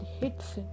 hits